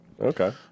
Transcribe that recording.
Okay